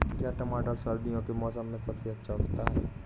क्या टमाटर सर्दियों के मौसम में सबसे अच्छा उगता है?